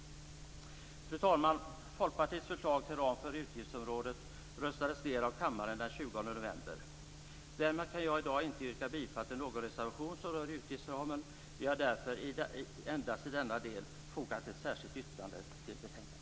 Fru talman! Folkpartiets förslag till ram för utgiftsområdet röstades ned av kammaren den 20 november. Därmed kan jag i dag inte yrka bifall till någon reservation som rör utgiftsramen. Vi har därför i denna del endast fogat ett särskilt yttrande till betänkandet.